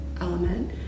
element